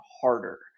harder